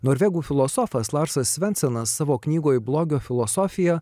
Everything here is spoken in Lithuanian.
norvegų filosofas larsas svensenas savo knygoj blogio filosofija